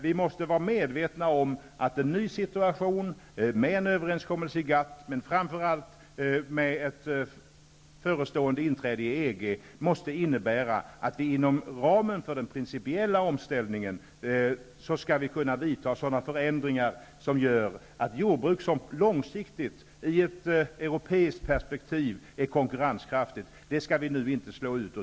Vi måste vara medvetna om att en ny situation, med en överenskommelse i GATT men framför allt inför förestående inträde i EG, måste innebära att vi inom ramen för den principiella omställningen skall kunna vidta förändringar som gör att vi inte under de närmaste åren slår ut ett jordbruk som långsiktigt i ett europeiskt perspektiv är konkurrenskraftigt.